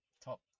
top